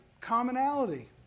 commonality